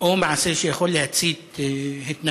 או במעשה שיכול להצית התנגדות.